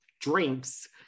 drinks